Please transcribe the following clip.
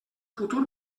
futur